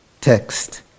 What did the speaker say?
text